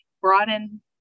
broaden